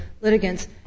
litigants